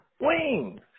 wings